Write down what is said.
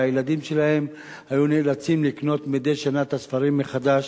והילדים שלהם היו נאלצים לקנות מדי שנה את הספרים מחדש.